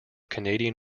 canadian